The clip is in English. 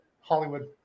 Hollywood